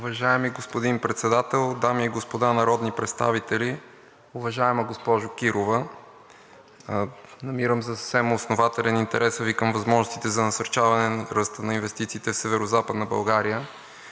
Уважаеми господин Председател, дами и господа народни представители! Уважаема госпожо Кирова, намирам за съвсем основателен интереса Ви към възможностите за насърчаване ръста на инвестициите в Северозападна България